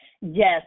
Yes